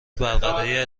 برقراری